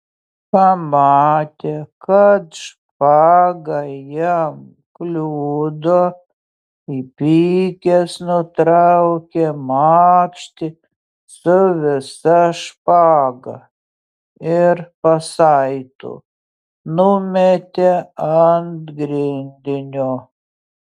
pamatė kad špaga jam kliudo įpykęs nutraukė makštį su visa špaga ir pasaitu numetė ant grindinio